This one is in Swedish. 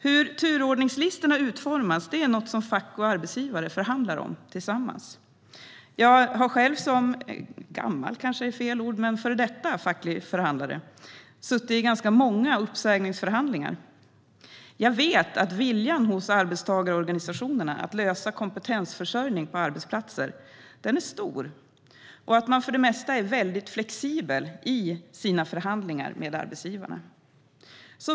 Hur turordningslistorna utformas är något som fack och arbetsgivare förhandlar om. Jag har själv som före detta facklig förhandlare suttit i många uppsägningsförhandlingar. Jag vet att viljan hos arbetstagarorganisationerna att lösa kompetensförsörjningen på arbetsplatser är stor och att man för det mesta är mycket flexibel i förhandlingarna med arbetsgivarna.